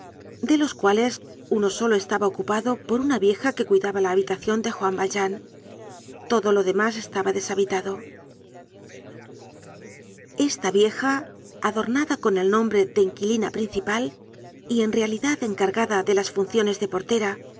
de los cuales uno solo estaba ocupado por una vieja que cuidaba la habitacion de juan valjean todo lo demás estaba deshabitado esta vieja adornada con el nombre de inquilino principal y en realidad encargada de las funciones de portera